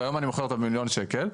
והיום אני מוכר אותה במיליון שקל,